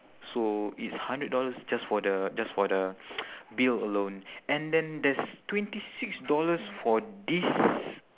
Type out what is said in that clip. so it's hundred dollars just for the just for the bill alone and then there's twenty six dollars for this